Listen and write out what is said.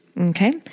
Okay